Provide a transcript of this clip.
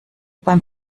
beim